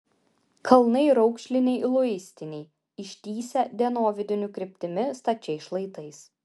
kalnai raukšliniai luistiniai ištįsę dienovidinių kryptimi stačiais šlaitais